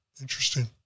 Interesting